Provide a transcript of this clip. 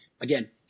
again